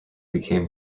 became